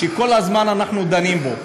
שכל הזמן אנחנו דנים בו,